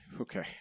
okay